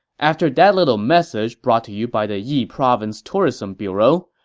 after that little message brought to you by the yi province tourism bureau,